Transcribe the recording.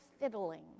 fiddling